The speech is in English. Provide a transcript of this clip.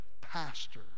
pastor